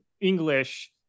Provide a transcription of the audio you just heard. English